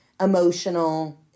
emotional